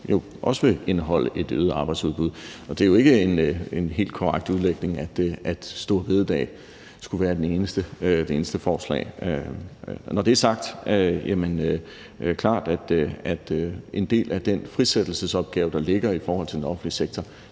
også vil indeholde et øget arbejdsudbud. Og det er jo ikke en helt korrekt udlægning, at det med store bededag skulle være det eneste forslag. Når det er sagt, er det klart, at en del af den frisættelsesopgave, der ligger i forhold til den offentlige sektor,